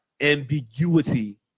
ambiguity